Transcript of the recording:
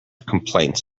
complaints